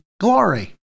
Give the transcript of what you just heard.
glory